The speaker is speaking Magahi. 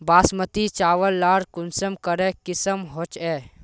बासमती चावल लार कुंसम करे किसम होचए?